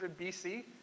BC